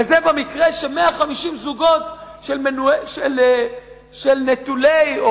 וזה במקרה ש-150 זוגות של נטולי דת או